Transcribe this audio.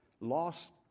lost